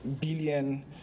billion